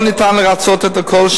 לא ניתן לרצות את הכול,